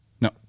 No